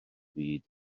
byd